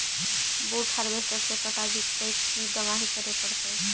बुट हारबेसटर से कटा जितै कि दमाहि करे पडतै?